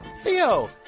Theo